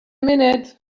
minute